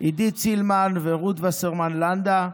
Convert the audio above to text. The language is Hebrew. עידית סילמן ורות וסרמן לנדה,